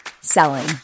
selling